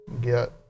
get